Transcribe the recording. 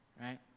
Right